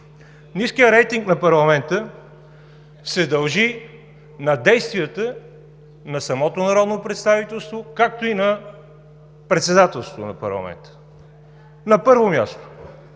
Ниският рейтинг на парламента се дължи на действията на самото народно представителство, както и на Председателството на парламента. На първо място,